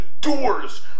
doors